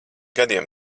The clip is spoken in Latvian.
gadiem